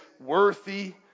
worthy